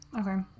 Okay